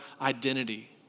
identity